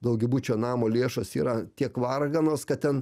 daugiabučio namo lėšos yra tiek varganos kad ten